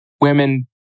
women